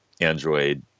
android